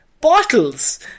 bottles